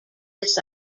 this